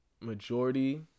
majority